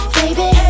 baby